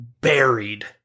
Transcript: buried